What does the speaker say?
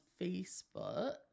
facebook